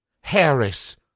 Harris